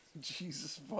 Jesus